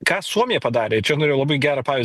ką suomija padarė čia norėjau labai gerą pavyz